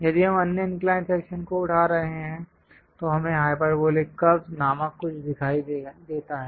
यदि हम अन्य इंक्लाइंड सेक्शन को उठा रहे हैं तो हमें हाइपरबोलिक कर्व्स नामक कुछ दिखाई देता है